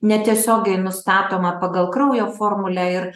netiesiogiai nustatoma pagal kraujo formulę ir